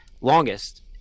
longest